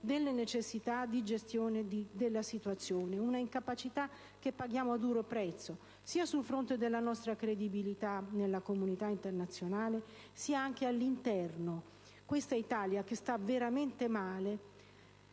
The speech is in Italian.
delle necessità di gestione della situazione: un'incapacità che paghiamo a duro prezzo sia sul fronte della nostra credibilità nella comunità internazionale, sia anche all'interno, in quest'Italia che sta veramente male,